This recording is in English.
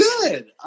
good